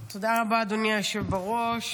תודה רבה, אדוני היושב בראש.